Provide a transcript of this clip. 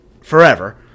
forever